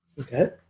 Okay